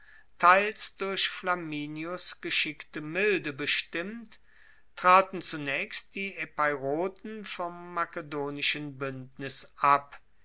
teils durch flamininus geschickte milde bestimmt traten zunaechst die epeiroten vom makedonischen buendnis ab